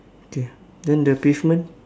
okay then the pavement